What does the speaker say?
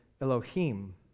Elohim